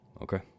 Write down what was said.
okay